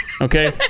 Okay